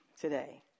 today